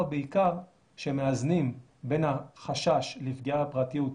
בעיקר שמאזנים בין החשש לפגיעה בפרטיות,